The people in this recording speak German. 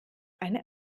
eine